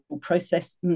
process